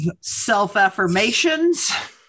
self-affirmations